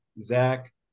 Zach